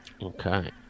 okay